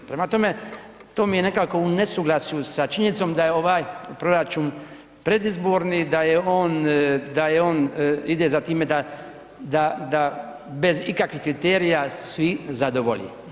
Prema tome, to mi je nekako u nesuglasju sa činjenicom da je ovaj proračun predizborni, da je on ide za time da bez ikakvih kriterija sve zadovolji.